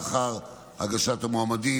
לאחר הגשת המועמדים,